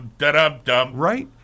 Right